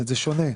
זה שונה.